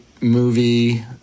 movie